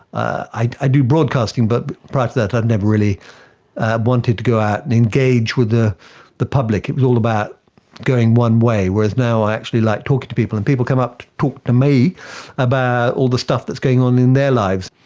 i do broadcasting but prior to that i'd never really wanted to go out and engage with the the public. all about going one way, whereas now i actually like talking to people, and people come up to talk to me about all the stuff that is going on in their lives.